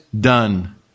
done